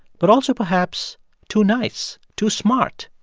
but also perhaps too nice, too smart,